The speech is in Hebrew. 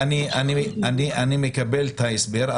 אני מקבל את ההסבר,